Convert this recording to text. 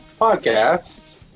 podcast